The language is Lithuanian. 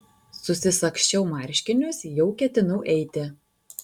susisagsčiau marškinius jau ketinau eiti